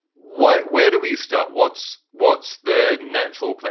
what where do we start? what's what's the natural? but